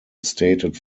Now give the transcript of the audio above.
stated